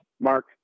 Mark